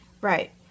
Right